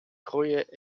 groeien